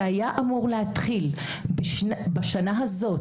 שהיה אמור להתחיל בשנה הזאת,